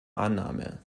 annahme